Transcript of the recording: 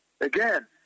Again